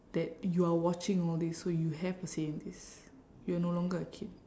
that you are watching all these so you have a say in this you are no longer a kid